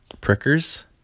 Prickers